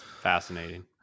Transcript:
fascinating